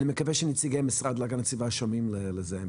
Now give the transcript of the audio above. אני מקווה שנציגי המשרד להגנת הסביבה שומעים את זה.